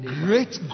great